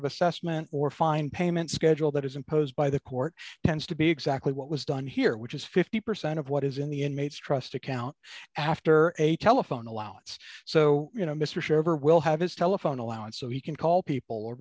of assessment or fine payment schedule that is imposed by the court tends to be exactly what was done here which is fifty percent of what is in the inmates trust account after a telephone allowance so you know mr shaver will have his telephone allowance so he can call people